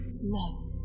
No